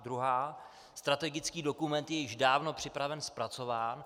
Druhá strategický dokument je již dávno připraven a zpracován.